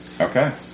Okay